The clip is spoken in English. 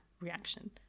reaction